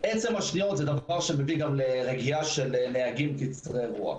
עצם השניות זה דבר שגם מביא לרגיעה של נהגים קצרי רוח.